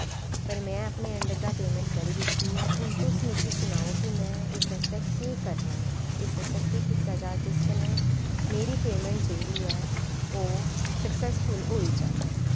पर में अपने एंड परा पेमेंट करी दित्ती ऐ हून तुस मिगी सनाओ कि में इस आस्तै केह् करना ऐ इस आस्तै केह् कीता जा जिस कन्नै मेरी पेमेंट जेह्ड़ी ऐ ओह् सक्सेसफुल होई जावै